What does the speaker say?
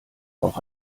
auch